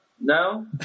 No